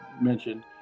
mentioned